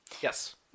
Yes